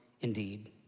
indeed